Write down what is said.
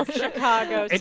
ah chicago.